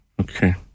okay